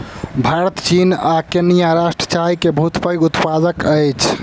भारत चीन आ केन्या राष्ट्र चाय के बहुत पैघ उत्पादक अछि